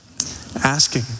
asking